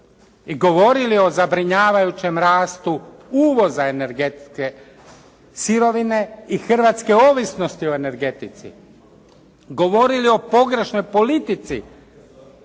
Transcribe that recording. i govorili o zabrinjavajućem rastu uvoza energetike sirovine i hrvatske ovisnosti o energetici. Govorili o pogrešnoj politici